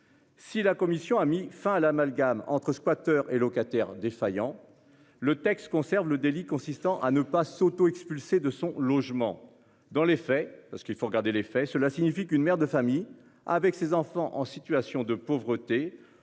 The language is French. Si la commission a mis fin à l'amalgame entre squatteurs et locataire défaillant. Le texte concerne le délit consistant à ne pas s'auto-expulsé de son logement. Dans les faits, parce qu'il faut regarder les faits, cela signifie qu'une mère de famille avec ses enfants en situation de pauvreté